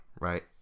right